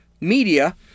media